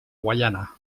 guaiana